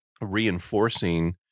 reinforcing